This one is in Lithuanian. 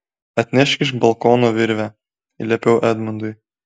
atnešk iš balkono virvę liepiau edmundui